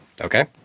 Okay